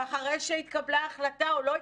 ואחרי שהתקבלה ההחלטה או לא התקבלה,